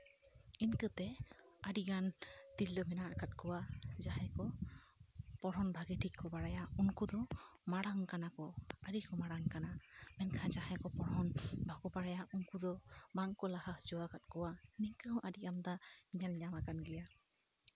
ᱤᱱᱠᱟᱹᱛᱮ ᱟᱹᱰᱤᱜᱟᱱ ᱛᱤᱨᱞᱟᱹ ᱢᱮᱱᱟᱜ ᱠᱟᱜ ᱠᱚᱣᱟ ᱡᱟᱦᱟᱸᱭ ᱠᱚ ᱯᱚᱲᱦᱚᱱ ᱵᱷᱟᱜᱮ ᱴᱷᱤᱠ ᱠᱚ ᱵᱟᱲᱟᱭᱟ ᱩᱱᱠᱩ ᱫᱚ ᱢᱟᱲᱟᱝ ᱠᱟᱱᱟ ᱠᱚ ᱟᱹᱰᱤ ᱠᱚ ᱢᱟᱲᱟᱝ ᱠᱟᱱᱟ ᱢᱮᱱᱠᱷᱟᱱ ᱡᱟᱦᱟᱸᱭ ᱠᱚ ᱯᱚᱲᱦᱚᱱ ᱵᱟᱠᱚ ᱵᱟᱲᱟᱭᱟ ᱩᱱᱠᱩ ᱫᱚ ᱵᱟᱝᱠᱚ ᱞᱟᱦᱟ ᱦᱚᱪᱚ ᱠᱟᱜ ᱠᱚᱣᱟ ᱱᱤᱝᱠᱟᱹ ᱦᱚᱸ ᱟᱹᱰᱤ ᱟᱢᱫᱟ ᱧᱮᱞ ᱧᱟᱢ ᱠᱟᱱ ᱜᱮᱭᱟ